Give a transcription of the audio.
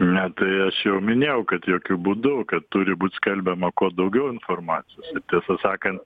ne tai aš jau minėjau kad jokiu būdu kad turi būti skelbiama kuo daugiau informacijos ir tiesą sakant